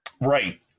Right